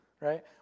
right